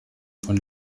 von